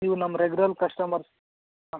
ನೀವು ನಮ್ಮ regular customers ಹಾಂ